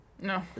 No